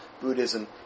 Buddhism